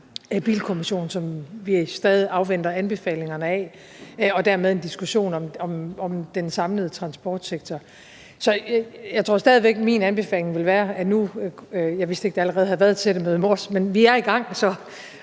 bilkommission, som vi stadig afventer anbefalingerne fra, og dermed en diskussion om den samlede transportsektor. Så jeg tror stadig væk, min anbefaling vil være – jeg vidste ikke, at der allerede havde været et sættemøde i morges, men vi er i gang –